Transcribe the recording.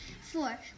Four